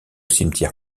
cimetière